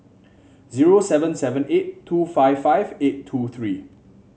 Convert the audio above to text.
zero seven seven eight two five five eight two three